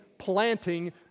planting